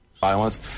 Violence